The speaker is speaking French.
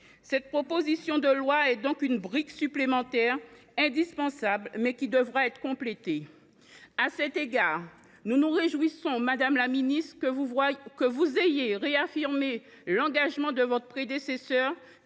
Cette proposition de loi est donc une brique supplémentaire indispensable, qui devra toutefois être complétée. À cet égard, nous nous réjouissons que vous ayez réaffirmé l’engagement de votre prédécesseur